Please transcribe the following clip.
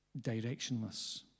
Directionless